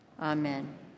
Amen